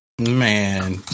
Man